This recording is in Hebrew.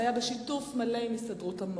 איך קראו להם בתקופת הבחירות?